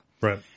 Right